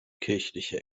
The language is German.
kirchliche